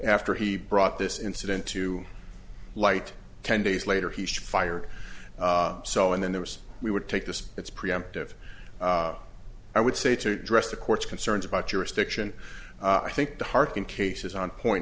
after he brought this incident to light ten days later he should be fired so and then there was we would take this it's preemptive i would say to address the court's concerns about your stiction i think to harken cases on point